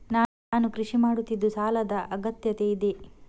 ನಾನು ಕೃಷಿ ಮಾಡುತ್ತಿದ್ದು ಸಾಲದ ಅಗತ್ಯತೆ ಇದೆ?